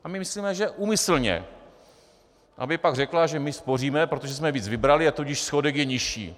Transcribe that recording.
A my myslíme, že úmyslně, aby pak řekla, že my spoříme, protože jsme víc vybrali, a tudíž schodek je nižší.